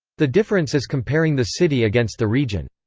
the difference is comparing the city against the region.